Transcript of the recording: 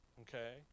Okay